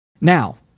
Now